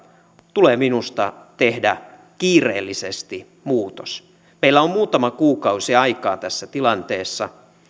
tulee minusta tehdä kiireellisesti muutos meillä on muutama kuukausi aikaa tässä tilanteessa